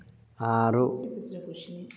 ఆరు